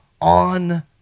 on